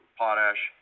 potash